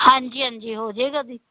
ਹਾਂਜੀ ਹਾਂਜੀ ਹੋ ਜੇਗਾ ਜੀ